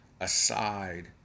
aside